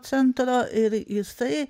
centrą ir jisai